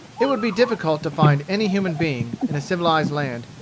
it would be difficult to find any human being, in a civilized land,